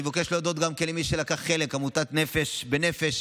אני מבקש להודות גם למי שלקח חלק: עמותת נפש בנפש,